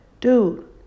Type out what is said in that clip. dude